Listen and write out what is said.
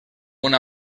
una